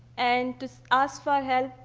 and to ask for help,